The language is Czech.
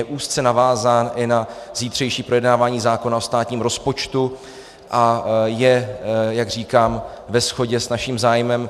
Je úzce navázán i na zítřejší projednávání zákona o státním rozpočtu a je, jak říkám, ve shodě s naším zájmem.